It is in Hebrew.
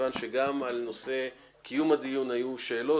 מכיוון שגם על נושא קיום הדיון היו שאלות,